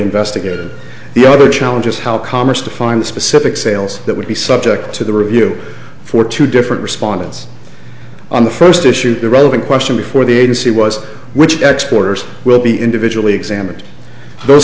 investigated the other challenges how commerce to find the specific sales that would be subject to the review for two different respondents on the first issue the relevant question before the agency was which exports will be individually examined those